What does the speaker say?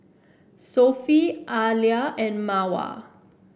Sofea Alya and Mawar